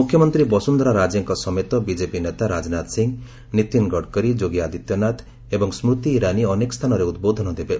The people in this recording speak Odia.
ମୁଖ୍ୟମନ୍ତ୍ରୀ ବସୁନ୍ଧରା ରାଜେଙ୍କ ସମେତ ବିଜେପି ନେତା ରାଜନାଥ ସିଂ ନୀତିନ ଗଡକରୀ ଯୋଗୀ ଆଦିତ୍ୟନାଥ ଏବଂ ସ୍କୃତି ଇରାନୀ ଅନେକସ୍ଥାନରେ ଉଦ୍ବୋଧନ ଦେବେ